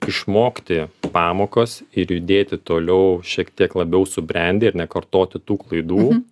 išmokti pamokas ir judėti toliau šiek tiek labiau subrendę ir nekartoti tų klaidų